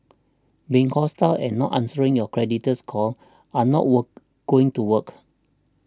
being hostile and not answering your creditor's call are not work going to work